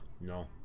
No